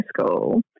school